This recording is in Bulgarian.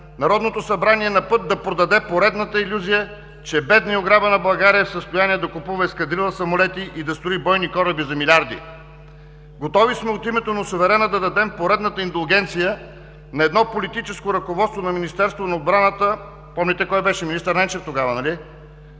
Народното събрание е на път да продаде поредната илюзия, че бедна и ограбена България е в състояние да купува ескадрила самолети и да строи бойни кораби за милиарди. Готови сме от името на суверена да дадем поредната индулгенция на едно политическо ръководство на Министерството на отбраната – помните кой беше тогава, министър Ненчев, нали